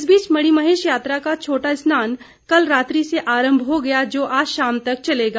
इस बीच मणिमहेश यात्रा का छोटा स्नान कल रात्रि से आरम्म हो गया जो आज शाम तक चलेगा